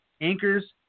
anchors